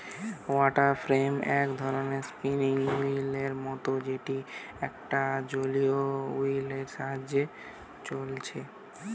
water frame এক ধরণের spinning wheel এর মতন যেটি একটা জলীয় ওহীল এর সাহায্যে ছলছু